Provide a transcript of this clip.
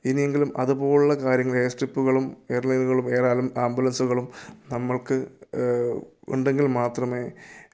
ഇനിയെങ്കിലും അതുപോലുള്ള കാര്യങ്ങൾ എയർ സ്ട്രിപ്പുകളും എയർ ലൈനുകളും എയർ ആംബുലൻസുകളും നമ്മൾക്ക് ഉണ്ടെങ്കിൽ മാത്രമേ